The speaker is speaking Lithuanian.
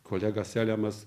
kolega selemas